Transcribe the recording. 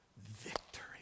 victory